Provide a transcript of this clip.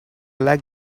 like